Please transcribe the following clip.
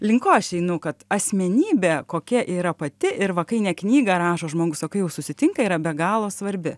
link ko aš kad asmenybė kokia yra pati ir va kai ne knygą rašo žmogus o kai jau susitinka yra be galo svarbi